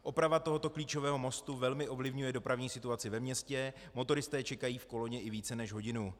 Oprava tohoto klíčového mostu velmi ovlivňuje dopravní situaci ve městě, motoristé čekají v koloně i více než hodinu.